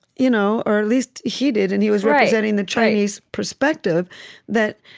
you know or, at least, he did. and he was representing the chinese perspective that,